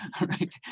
right